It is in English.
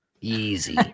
Easy